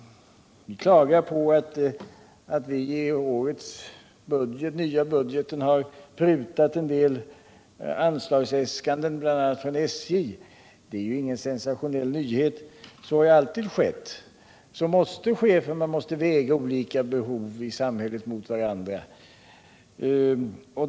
Ni klagar över att vi i den nya budgeten har prutat på en del anslagsäskanden, bl.a. från SJ. Det är ju ingen sensationell nyhet; så har alltid skett och så måste det gå till. Man måste väga olika behov i samhället mot varandra.